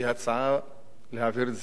להעביר את זה לוועדת הכספים,